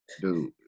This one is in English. Dude